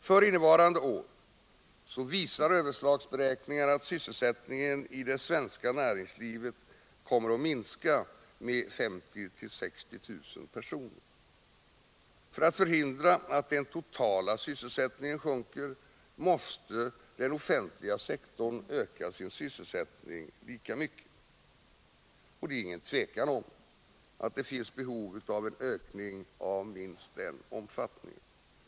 För innevarande år visar överslagsberäkningar att sysselsättningen i det svenska näringslivet kommer att minska med 50 000-60 000 personer. För att hindra att den totala sysselsättningen sjunker måste den offentliga sektorn öka sin sysselsättning lika mycket. Det råder inget tvivel om att det finns behov av en ökning av minst den omfattningen.